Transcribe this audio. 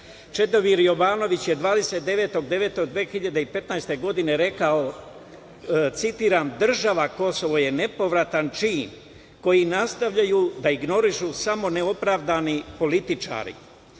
citat. Čedomir Jovanović je 29.9.2015. godine rekao – država Kosovo je nepovratan čin, koji nastavljaju da ignorišu samo neopravdani političari. DraganĐilas